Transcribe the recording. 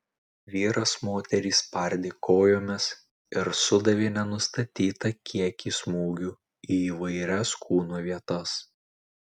vyras moterį spardė kojomis ir sudavė nenustatytą kiekį smūgių į įvairias kūno vietas